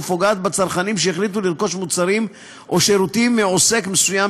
ופוגעת בצרכנים שהחליטו לרכוש מוצרים או שירותים מעוסק מסוים,